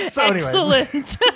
Excellent